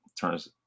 turns